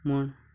म्हूण